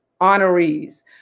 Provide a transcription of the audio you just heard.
honorees